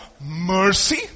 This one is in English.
mercy